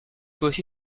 peut